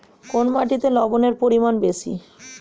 কোন মাটিতে লবণের পরিমাণ বেশি?